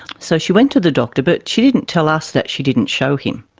so she went to the doctor but she didn't tell us that she didn't show him.